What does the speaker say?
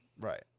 Right